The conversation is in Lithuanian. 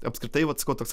apskritai vat sakau toks